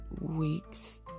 weeks